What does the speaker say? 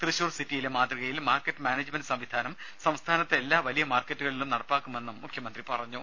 തൃശൂർ സിറ്റിയിലെ മാതൃകയിൽ market management സംവിധാനം സംസ്ഥാനത്തെ എല്ലാ വലിയ മാർക്കറ്റുകളിലും നടപ്പാക്കുമെന്നും മുഖ്യമന്ത്രി പറഞ്ഞു